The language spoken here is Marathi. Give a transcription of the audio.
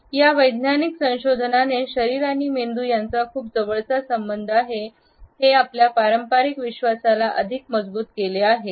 या वैज्ञानिक संशोधनाने शरीर आणि मेंदू यांचा खूप जवळचा संबंध आहे हे या आपल्या पारंपारिक विश्वासाला अधिक मजबूत केले आहे